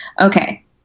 Okay